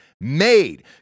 made